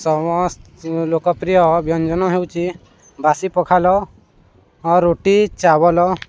ସମସ୍ତ ଲୋକପ୍ରିୟ ବ୍ୟଞ୍ଜନ ହେଉଛି ବାସି ପଖାଳ ରୁଟି ଚାବଲ